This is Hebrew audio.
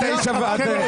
אלכס --- אתם תומכי טרור.